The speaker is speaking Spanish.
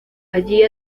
allí